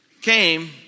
came